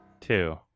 two